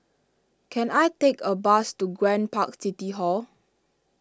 can I take a bus to Grand Park City Hall